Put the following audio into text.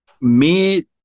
mid